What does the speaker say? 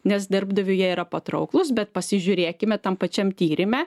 nes darbdaviui jie yra patrauklūs bet pasižiūrėkime tam pačiam tyrime